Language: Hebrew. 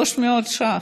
300 שקל.